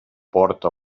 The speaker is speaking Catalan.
porta